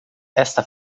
esta